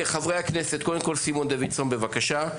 חבר הכנסת סימון דוידסון, בבקשה.